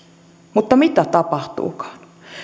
mutta mitä tapahtuukaan